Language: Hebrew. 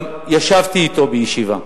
גם ישבתי אתו בישיבה,